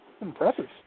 Impressive